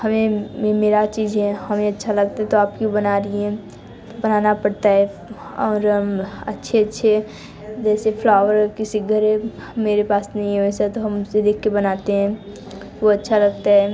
हमें ये मेरा चीज़ है हमें अच्छा लगता है तो आप क्यों बना रही हैं बनाना पड़ता है और अच्छे अच्छे जैसे फ्लावर किसी ग़रीब मेरे पास नहीं है वैसे तो हम उसे देख के बनाते हैं वो अच्छा लगता है